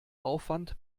aufwand